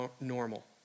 normal